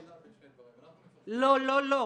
לא, לא.